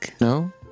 No